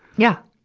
yeah.